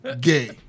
gay